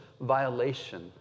violation